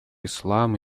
ислам